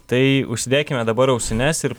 tai užsidėkime dabar ausines ir